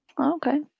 okay